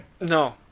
No